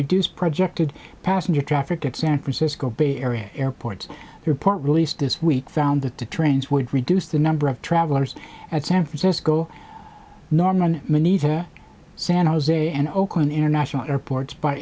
reduce projected passenger traffic in san francisco bay area airports report released this week found that the trains would reduce the number of travelers at san francisco norman mineta san jose and oakland international airports by